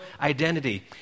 identity